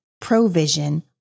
provision